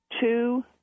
two